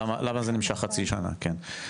למה זה נמשך חצי שנה, כן.